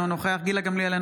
אינו נוכח גילה גמליאל,